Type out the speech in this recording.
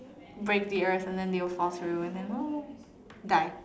break the earth and then they will fall through and then oh die